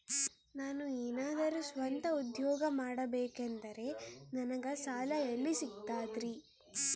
ನಾನು ಏನಾದರೂ ಸ್ವಂತ ಉದ್ಯೋಗ ಮಾಡಬೇಕಂದರೆ ನನಗ ಸಾಲ ಎಲ್ಲಿ ಸಿಗ್ತದರಿ?